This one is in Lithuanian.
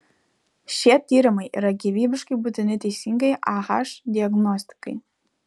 šie tyrimai yra gyvybiškai būtini teisingai ah diagnostikai